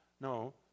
No